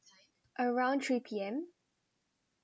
around three P_M